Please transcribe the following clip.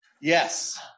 Yes